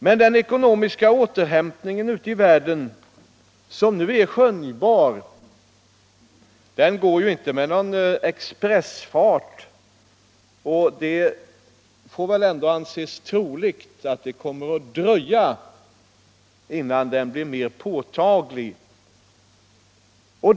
Men den ekonomiska återhämtning ute i världen som nu är skönjbar går ju inte med någon expressfart, och det får ändå anses troligt att det kommer att dröja innan den blir mer påtaglig.